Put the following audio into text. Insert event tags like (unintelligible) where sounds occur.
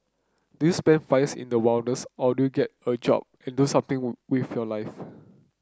do you spend five years in the wilderness or do get a job and do something (unintelligible) with your life